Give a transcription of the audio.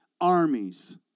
armies